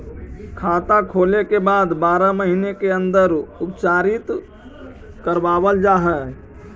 खाता खोले के बाद बारह महिने के अंदर उपचारित करवावल जा है?